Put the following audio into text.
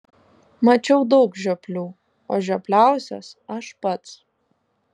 mačiau daug žioplių o žiopliausias aš pats